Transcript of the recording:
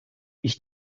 ich